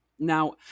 Now